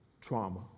trauma